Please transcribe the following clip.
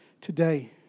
today